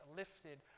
lifted